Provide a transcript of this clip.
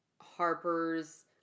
Harper's